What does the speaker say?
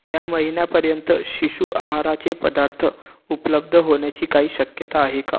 ह्या महिन्यापर्यंत शिशु आहाराचे पदार्थ उपलब्ध होण्याची काही शक्यता आहे का